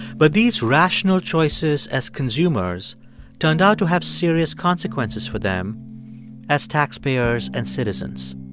but these rational choices as consumers turned out to have serious consequences for them as taxpayers and citizens.